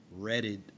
Reddit